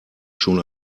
schon